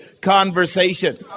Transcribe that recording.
conversation